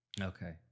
Okay